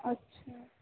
अच्छा